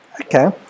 Okay